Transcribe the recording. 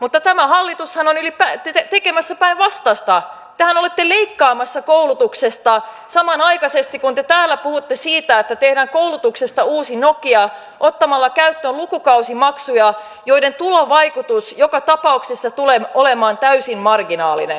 mutta tämä hallitushan on tekemässä päinvastaista tehän olette leikkaamassa koulutuksesta samanaikaisesti kun te täällä puhutte siitä että tehdään koulutuksesta uusi nokia ottamalla käyttöön lukukausimaksut joiden tulovaikutus joka tapauksessa tulee olemaan täysin marginaalinen